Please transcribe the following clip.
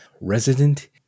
Resident